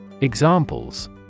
Examples